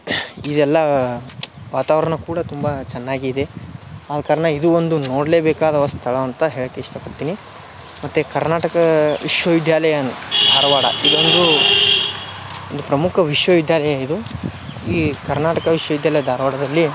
ಇದೆಲ್ಲ ವಾತಾವರಣ ಕೂಡ ತುಂಬ ಚೆನ್ನಾಗಿದೆ ಆ ಕಾರಣ ಇದು ಒಂದು ನೋಡಲೇಬೇಕಾದ ಸ್ಥಳ ಅಂತ ಹೇಳಕ್ಕೆ ಇಷ್ಟಪಡ್ತೀನಿ ಮತ್ತು ಕರ್ನಾಟಕ ವಿಶ್ವವಿದ್ಯಾಲಯನು ಧಾರವಾಡ ಇದೊಂದು ಒಂದು ಪ್ರಮುಖ ವಿಶ್ವವಿದ್ಯಾಲಯ ಇದು ಈ ಕರ್ನಾಟಕ ವಿಶ್ವವಿದ್ಯಾಲಯ ಧಾರವಾಡದಲ್ಲಿ